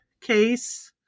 case